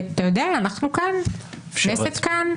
אנחנו כאן, הכנסת כאן.